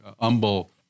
Humble